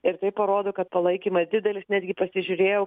ir tai parodo kad palaikymas didelis netgi pasižiūrėjau